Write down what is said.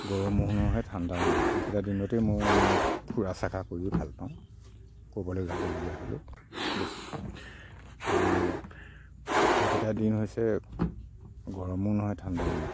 গৰমো নহয় ঠাণ্ডাও নহয় এইকেইটা দিনতেই মই মানে ফুৰা চকা কৰি ভালপাওঁ ক'ৰবালৈ যাবলগীয়া হ'লেও বেছি আৰু এইকেইটা দিন হৈছে গৰমো নহয় ঠাণ্ডাও নহয়